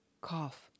cough